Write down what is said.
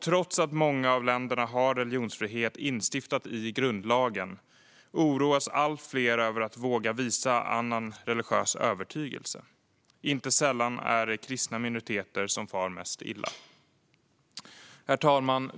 Trots att många av länderna har religionsfrihet instiftad i grundlagen känner allt fler oro inför att visa annan religiös övertygelse. Inte sällan är det kristna minoriteter som far mest illa. Herr talman!